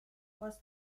was